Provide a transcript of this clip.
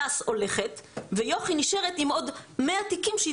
הדס הולכת ויוכי נשארת עם עוד מאה תיקים שהיא